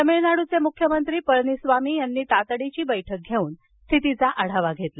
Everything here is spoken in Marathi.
तमिळनाडूचे मुख्यमंत्री पळणीसामी यांनी तातडीची बैठक घेऊन स्थितीचा आढावा घेतला